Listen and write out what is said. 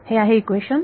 हे आहे इक्वेशन